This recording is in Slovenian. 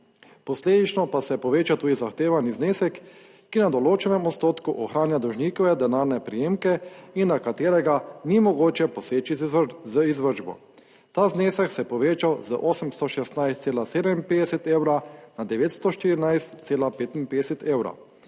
posledično pa se poveča tudi zahtevani znesek, ki na določenem odstotku ohranja dolžnikove denarne prejemke in na katerega ni mogoče poseči z izvršbo. Ta znesek se je povečal za 816,57 evra na 914,55 evrov.